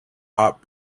hot